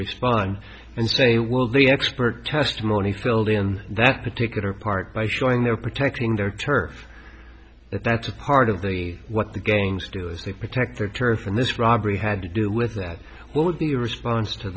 respond and say well the expert testimony failed in that particular part by showing they're protecting their turf but that's a part of the what the games do is they protect their turf from this robbery had to do with that was the response to